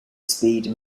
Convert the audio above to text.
speed